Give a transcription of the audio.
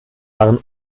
waren